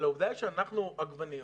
בעגבניות,